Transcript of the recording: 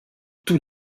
tous